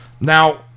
Now